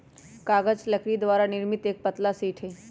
कागज लकड़ी द्वारा निर्मित एक पतला शीट हई